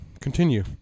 Continue